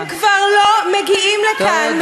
הם כבר לא מגיעים לכאן.